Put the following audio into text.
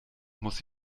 muss